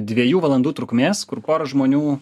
dviejų valandų trukmės kur pora žmonių